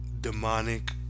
demonic